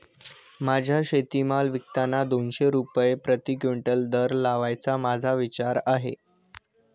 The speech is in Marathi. माझा शेतीमाल विकताना दोनशे रुपये प्रति क्विंटल दर लावण्याचा माझा विचार आहे